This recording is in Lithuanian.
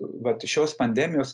vat šios pandemijos